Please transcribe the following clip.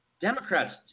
Democrats